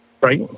Right